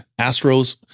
Astros